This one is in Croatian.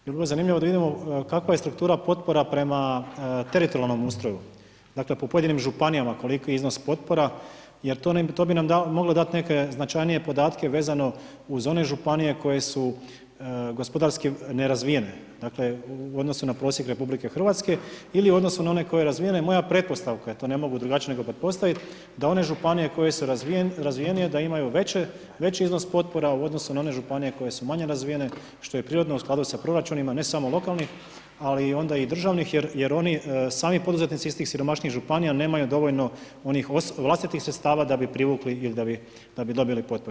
Bilo bi zanimljivo da vidimo kakva je struktura potpora prema teritorijalnom ustroju, dakle, po pojedinim županijama, koliki je iznos potpora jer to bi nam moglo dati neke značajnije podatke vezano uz one županije koje su gospodarski nerazvijene, dakle, u odnosu na prosjek RH ili u odnosu na one koje su razvijene, moja pretpostavka je to, ne mogu drugačije nego pretpostavit, da one županije koje su razvijenije da imaju veći iznos potpora u odnosu na one županije koje su manje razvijene što je prirodno u skladu sa proračunima, ne samo lokalnim, ali onda i državnih jer oni sami poduzetnici iz tih siromašnijih županija nemaju dovoljno onih vlastitih sredstava da bi privukli ili da bi dobili potporu.